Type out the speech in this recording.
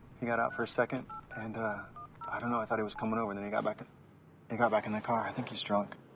he got out for a second and i you know thought he was coming over. and then he got back ah and got back in the car. i think he's drunk.